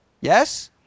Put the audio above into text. Yes